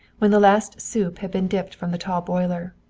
when the last soup had been dipped from the tall boiler,